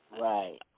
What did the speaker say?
Right